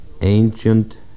ancient